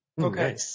Okay